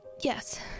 Yes